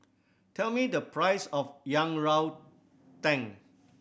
tell me the price of yang rou ting